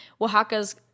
Oaxaca's